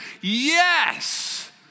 yes